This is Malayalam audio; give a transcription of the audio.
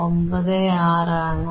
96 ആണ്